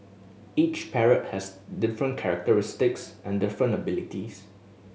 each parrot has different characteristics and different abilities